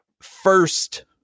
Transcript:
first